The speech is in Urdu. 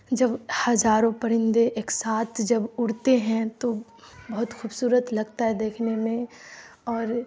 جب ہزاروں پرندے ایک ساتھ جب اڑتے ہیں تو بہت خوبصورت لگتا ہے دیکھنے میں اور